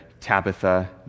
Tabitha